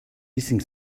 hissing